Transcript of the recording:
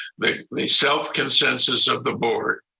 the the self consensus of the board